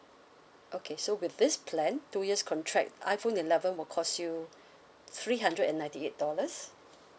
okay so with this plan two years contract iphone eleven will cost you three hundred and ninety eight dollars